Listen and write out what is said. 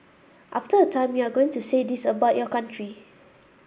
after a time you are going to say this about your country